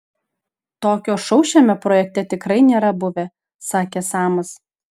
tokio šou šiame projekte tikrai nėra buvę sakė samas